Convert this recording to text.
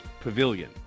pavilion